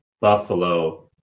Buffalo